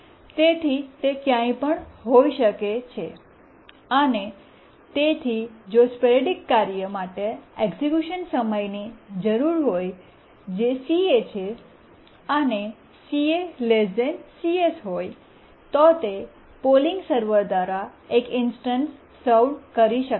તેથી તે ક્યાંય પણ હોઈ શકે છે અને તેથી જો સ્પોરૈડિક કાર્ય માટે એક્ઝેક્યુશન સમયની જરૂર હોય જે ca છે અને ca cs હોય તો તે પોલિંગ સર્વર દ્વારા એક ઇન્સ્ટન્સ સર્વ્ડ કરી શકાય છે